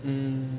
um